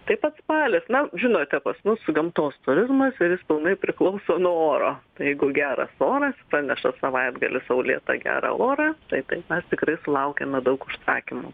taip pat spalis na žinote pas mus gamtos turizmas ir jis pilnai priklauso nuo oro tai jeigu geras oras praneša savaitgalį saulėtą gerą orą tai taip mes tikrai sulaukiame daug užsakymų